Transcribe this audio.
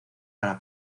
para